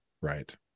Right